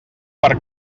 per